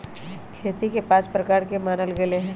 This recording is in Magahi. खेती के पाँच प्रकार के मानल गैले है